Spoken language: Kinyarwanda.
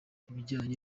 ibijyanye